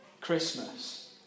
Christmas